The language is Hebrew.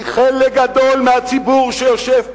כי חלק גדול מהציבור שיושב פה,